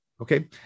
okay